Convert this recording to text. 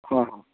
হ্যাঁ